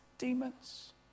Demons